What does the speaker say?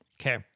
Okay